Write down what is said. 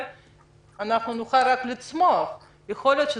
יכול להיות שמכל משבר אנחנו נוכל רק לצמוח.